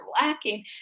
lacking